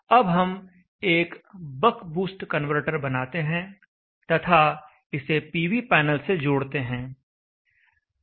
अब हम एक बक बूस्ट कन्वर्टर बनाते हैं तथा इसे पीवी पैनल से जोड़ते हैं